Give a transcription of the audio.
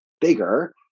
bigger